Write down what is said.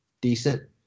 decent